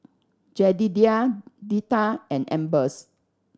Jedediah Deetta and Ambers